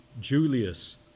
Julius